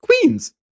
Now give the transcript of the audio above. Queens